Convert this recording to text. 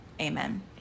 Amen